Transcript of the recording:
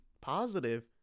positive